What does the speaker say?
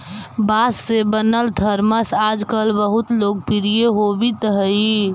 बाँस से बनल थरमस आजकल बहुत लोकप्रिय होवित हई